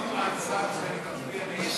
אדוני.